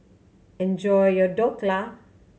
enjoy your Dhokla